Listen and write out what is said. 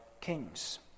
kings